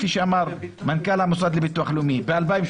כפי שאמר מנכ"ל המוסד לביטוח לאומי ב-2018